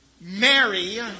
Mary